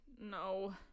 no